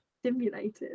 stimulated